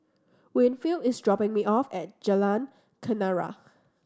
Winfield is dropping me off at Jalan Kenarah